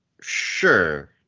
sure